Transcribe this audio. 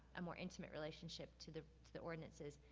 a more intimate relationship to the to the ordinances?